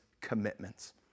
commitments